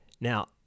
Now